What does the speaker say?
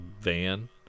van